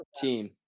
Team